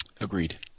agreed